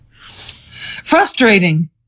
Frustrating